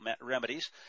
remedies